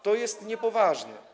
To jest niepoważne.